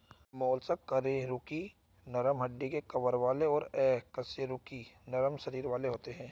mollusc कशेरुकी नरम हड्डी के कवर वाले और अकशेरुकी नरम शरीर वाले होते हैं